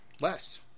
Less